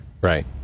Right